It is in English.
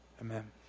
amen